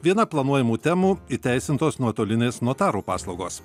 viena planuojamų temų įteisintos nuotolinės notarų paslaugos